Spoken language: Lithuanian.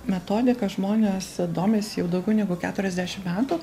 metodika žmonės domisi jau daugiau negu keturiasdešim metų